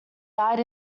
died